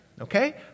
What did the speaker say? Okay